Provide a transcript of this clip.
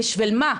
בשביל מה?